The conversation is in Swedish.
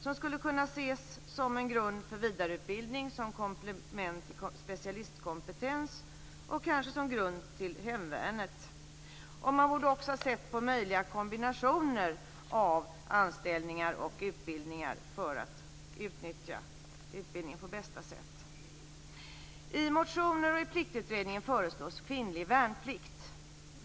Den skulle kunna ses som en grund för vidareutbildning, som komplement till specialistkompetens och kanske som grund till hemvärnet. Man borde också ha sett på möjliga kombinationer av anställningar och utbildningar för att utnyttja utbildningen på bästa sätt. I motioner och i Pliktutredningen föreslås kvinnlig värnplikt.